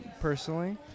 personally